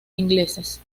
ingleses